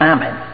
Amen